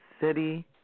city